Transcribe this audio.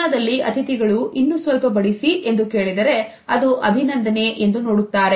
ಚೀನಾದಲ್ಲಿ ಅತಿಥಿಗಳು ಇನ್ನು ಸ್ವಲ್ಪ ಬಡಿಸಿ ಎಂದು ಕೇಳಿದರೆ ಅದು ಅಭಿನಂದನೆ ಎಂದು ನೋಡುತ್ತಾರೆ